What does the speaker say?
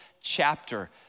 chapter